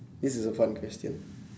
this is a fun question